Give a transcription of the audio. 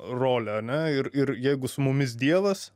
rolę ane ir ir jeigu su mumis dievas